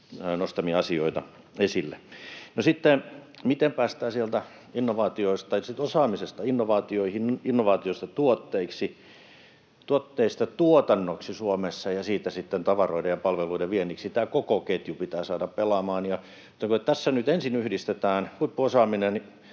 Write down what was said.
nostamiamme asioita esille. No, sitten miten päästään sieltä osaamisesta innovaatioihin, innovaatioista tuotteiksi, tuotteista tuotannoksi Suomessa ja siitä sitten tavaroiden ja palveluiden vienniksi? Tämä koko ketju pitää saada pelaamaan. Tässä nyt ensin yhdistetään huippuosaaminen,